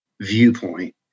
viewpoint